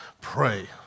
pray